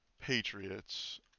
Patriots